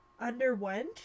underwent